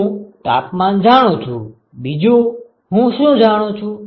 હું તાપમાન જાણું છું બીજું હું શું જાણું છું